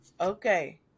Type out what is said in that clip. Okay